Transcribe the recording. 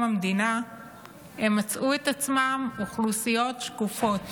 המדינה הן מצאו את עצמן אוכלוסיות שקופות,